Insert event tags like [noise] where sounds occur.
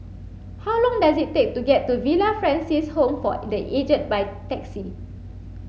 how long does it take to get to Villa Francis Home for [unintelligible] the Aged by taxi